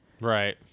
Right